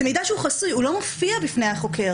זה מידע שהוא חסוי, הוא לא מופיע בפני החוקר.